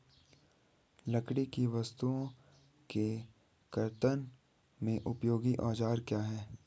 लकड़ी की वस्तु के कर्तन में उपयोगी औजार क्या हैं?